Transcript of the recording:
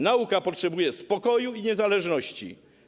Nauka potrzebuje spokoju i niezależności.